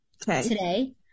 today